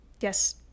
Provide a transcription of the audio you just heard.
Yes